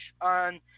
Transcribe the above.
on